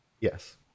Yes